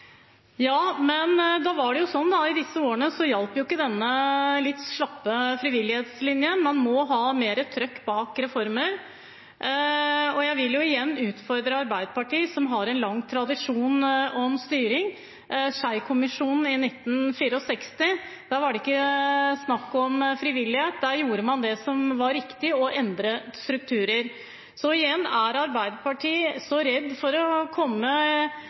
Ja, men i disse årene hjalp jo ikke denne litt slappe frivillighetslinjen. Man må ha mer trøkk bak reformer. Jeg vil igjen utfordre Arbeiderpartiet, som har en lang tradisjon for styring. I innstillingene fra Schei-komiteen og i 1964 var det ikke snakk om frivillighet. Da gjorde man det som var riktig, og endret strukturer. Så igjen: Var Arbeiderpartiet så redd for å